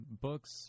books